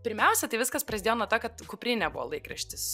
pirmiausia tai viskas prasidėjo nuo to kad kuprinė buvo laikraštis